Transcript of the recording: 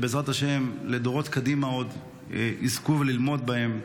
כך שבעזרת השם דורות קדימה עוד יזכו ללמוד בהם.